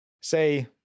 say